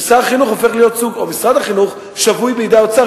ושר החינוך או משרד החינוך שבויים בידי האוצר.